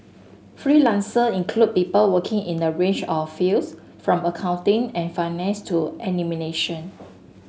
freelancer include people working in a range of fields from accounting and finance to